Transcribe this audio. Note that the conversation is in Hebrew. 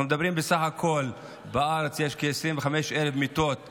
אנחנו מדברים על כך שבסך הכול יש בארץ כ-25,000 מיטות במעונות.